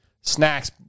snacks